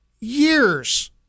years